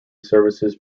services